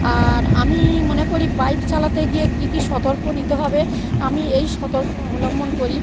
আর আমি মনে করি বাইক চালাতে গিয়ে কী কী সতর্ক নিতে হবে আমি এই সতর্ক অবলম্বন করি